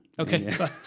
Okay